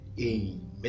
amen